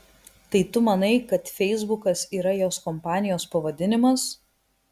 tai tu manai kad feisbukas yra jos kompanijos pavadinimas